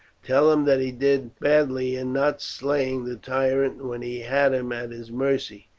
tell him that he did badly in not slaying the tyrant when he had him at his mercy.